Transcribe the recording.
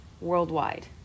worldwide